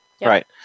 Right